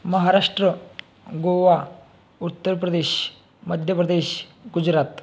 Maharashtra Goa Uttar Pradesh Madhya Pradesh Gujarat